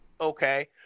Okay